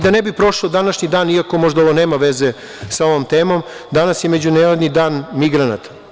Da ne bi prošao današnji dan, iako možda ovo nema veze sa ovom temom, danas je Međunarodni dan migranata.